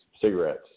cigarettes